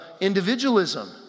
individualism